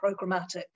programmatic